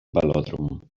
velòdrom